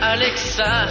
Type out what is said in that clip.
Alexa